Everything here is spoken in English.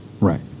right